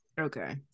Okay